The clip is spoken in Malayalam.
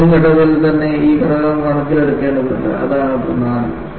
ഡിസൈൻ ഘട്ടത്തിൽ തന്നെ ഈ ഘടകം കണക്കിലെടുക്കേണ്ടതുണ്ട് അതാണ് പ്രധാനം